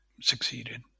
succeeded